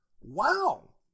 Wow